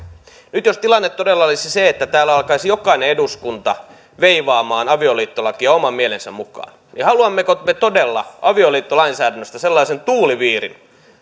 nyt jos tilanne todella olisi se että täällä alkaisi jokainen eduskunta veivaamaan avioliittolakia oman mielensä mukaan niin haluammeko me todella avioliittolainsäädännöstä sellaisen tuuliviirin